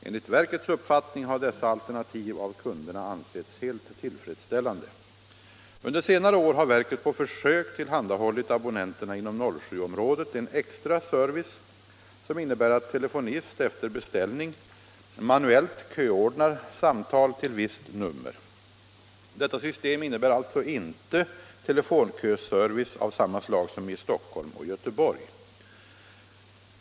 Enligt verkets uppfattning har dessa alternativ av kunderna ansetts helt tillfredsställande. Under senare år har verket på försök tillhandahållit abonnenterna inom 07-området en extra service som innebär att telefonist efter beställning manuellt köordnar samtal till visst nummer. Detta system innebär alltså inte telefonköservice av samma slag som i Stockholm och Göteborg.